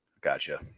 Gotcha